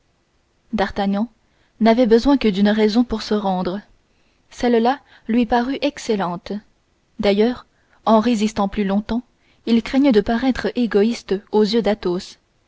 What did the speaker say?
d'artagnan n'avait besoin que d'une raison pour se rendre cellelà lui parut excellente d'ailleurs en résistant plus longtemps il craignait de paraître égoïste aux yeux d'athos